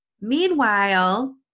Meanwhile